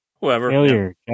Whoever